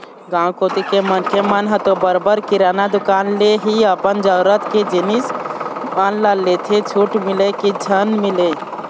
गाँव कोती के मनखे मन ह तो बरोबर किराना दुकान ले ही अपन जरुरत के जिनिस मन ल लेथे छूट मिलय की झन मिलय